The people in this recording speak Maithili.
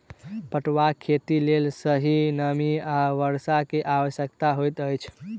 पटुआक खेतीक लेल सही नमी आ वर्षा के आवश्यकता होइत अछि